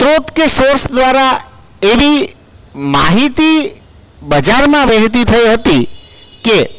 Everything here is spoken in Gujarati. સ્ત્રોત કે સોર્સ દ્વારા એવી માહિતી બજારમાં વહેતી થઈ ગઈ કે